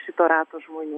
šito rato žmonių